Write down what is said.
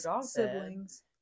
siblings